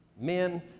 men